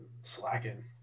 slacking